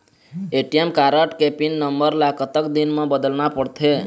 ATM card के pin number ला कतक दिन म बदलना पड़थे?